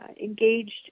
Engaged